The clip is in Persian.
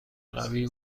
قوی